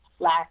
last